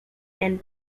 and